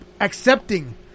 accepting